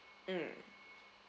mm